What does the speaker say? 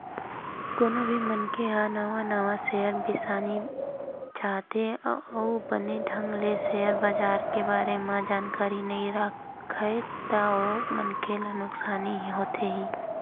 कोनो भी मनखे ह नवा नवा सेयर बिसाना चाहथे अउ बने ढंग ले सेयर बजार के बारे म जानकारी नइ राखय ता ओ मनखे ला नुकसानी होथे ही